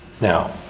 Now